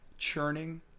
Churning